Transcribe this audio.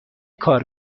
کار